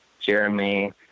jeremy